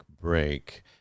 break